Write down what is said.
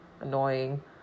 annoying